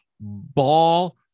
ball